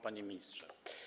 Panie Ministrze!